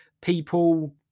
people